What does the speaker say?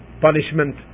punishment